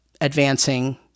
advancing